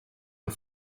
und